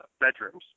bedrooms